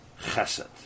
chesed